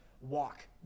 walk